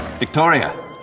Victoria